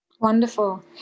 Wonderful